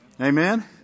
Amen